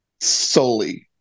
solely